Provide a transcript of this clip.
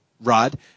rod